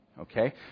Okay